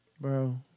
Bro